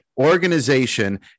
organization